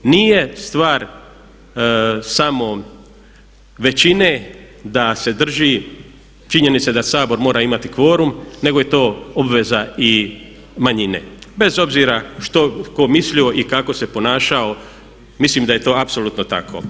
Nije stvar samo većine da se drži činjenice da Sabor mora imati kvorum nego je to obveza i manjine bez obzira tko što mislio i kako se ponašao, mislim daj je to apsolutno tako.